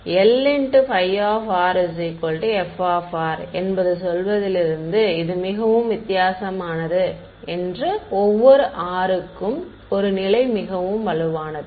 Lφ f என்பது சொல்வதிலிருந்து இது மிகவும் வித்தியாசமானது என்று ஒவ்வொரு r க்கும் ஒரு நிலை மிகவும் வலுவானது